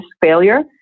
failure